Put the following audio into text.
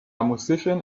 musician